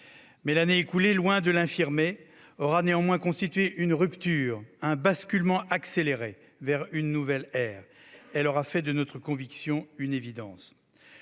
faisons. L'année écoulée, loin de l'infirmer, aura néanmoins constitué une rupture, un basculement accéléré vers une nouvelle ère. Elle aura fait de notre conviction une évidence.